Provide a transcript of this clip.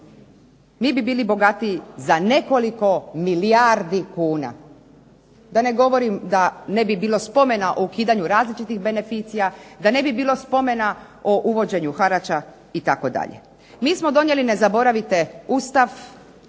mi bi bili bogatiji za nekoliko milijardi kuna. Da ne govorim da ne bi bilo spomena o ukidanju različitih beneficija, da ne bi bilo spomena o uvođenju harača itd. Mi smo donijeli, ne zaboravite, Ustav